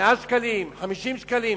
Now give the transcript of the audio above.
50 שקלים